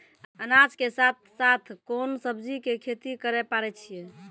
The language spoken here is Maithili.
अनाज के साथ साथ कोंन सब्जी के खेती करे पारे छियै?